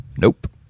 nope